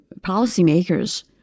policymakers